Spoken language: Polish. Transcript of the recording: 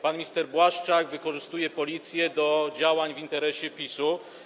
Pan minister Błaszczak wykorzystuje Policję do działań w interesie PiS-u.